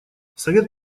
совет